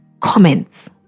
comments